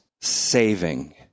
saving